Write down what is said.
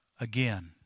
again